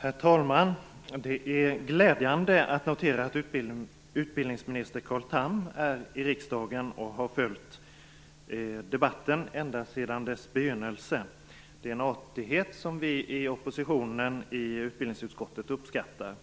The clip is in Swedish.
Herr talman! Det är glädjande att utbildningsminister Carl Tham är i riksdagen och har följt debatten ända sedan dess begynnelse. Det är en artighet som vi i oppositionen i utbildningsutskottet uppskattar.